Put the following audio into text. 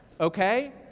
Okay